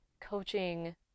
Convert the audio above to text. coaching